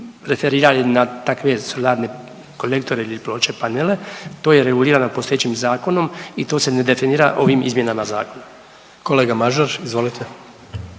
referirali na takve solarne kolektore ili ploče, panele. To je regulirano postojećim zakonom i to se ne definira ovim izmjenama zakona. **Jandroković,